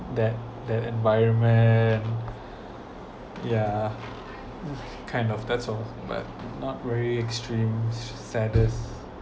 that that environment yeah kind of that oh but not very extreme saddest